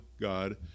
God